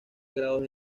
grados